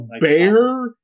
bear